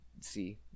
see